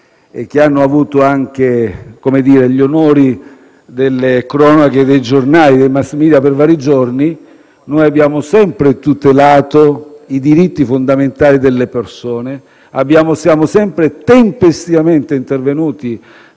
che hanno avuto gli onori delle cronache nei *mass media* per vari giorni), noi abbiamo sempre tutelato i diritti fondamentali delle persone e siamo sempre tempestivamente intervenuti